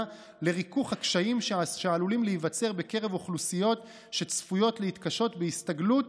לריכוך הקשיים שעלולים להיווצר בקרב אוכלוסיות שצפויות להתקשות בהסתגלות